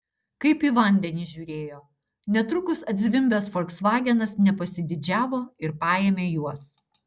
kaip į vandenį žiūrėjo netrukus atzvimbęs folksvagenas nepasididžiavo ir paėmė juos